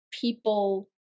people